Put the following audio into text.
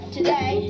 Today